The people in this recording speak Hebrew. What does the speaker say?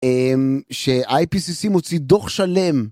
אממ... ש-IPCC מוציא דוח שלם